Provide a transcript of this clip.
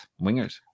wingers